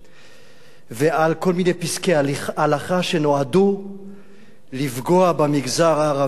ועל כל מיני פסקי הלכה שנועדו לפגוע במגזר הערבי בחברה הישראלית,